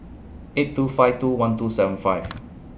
eight two five two one two seven five